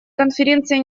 конференция